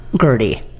Gertie